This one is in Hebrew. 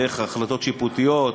דרך החלטות שיפוטיות,